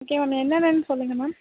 okay ma'am என்னென்னன்னு சொல்லுங்கள் ma'am